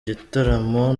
gitaramo